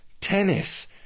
tennis